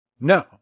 No